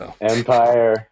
Empire